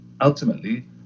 ultimately